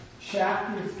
chapter